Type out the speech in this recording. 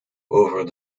over